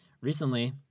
Recently